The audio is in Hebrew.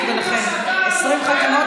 כשהוא פונה לשמאל,